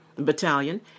battalion